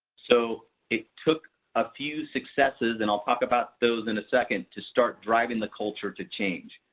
so it took a few successes and i'll talk about those in a second to start driving the culture to change.